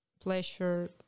pleasure